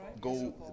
go